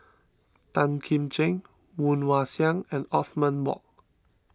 Tan Kim Ching Woon Wah Siang and Othman Wok